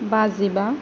बाजिबा